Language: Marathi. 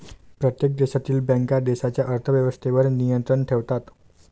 प्रत्येक देशातील बँका देशाच्या अर्थ व्यवस्थेवर नियंत्रण ठेवतात